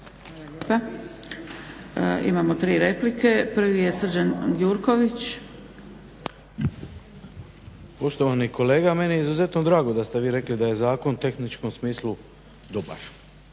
Imamo tri replike. Prvi je Srđan Gjurković. **Gjurković, Srđan (HNS)** Poštovani kolega, meni je izuzetno drago da ste vi rekli da je zakon u tehničkom smislu dobar